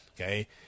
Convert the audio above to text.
Okay